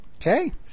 Okay